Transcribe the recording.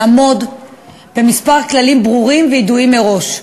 לעמוד בכמה כללים ברורים וידועים מראש.